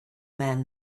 man